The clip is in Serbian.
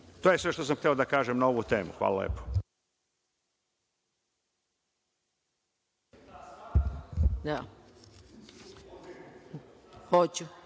je sve što sam hteo da kažem na ovu temu. Hvala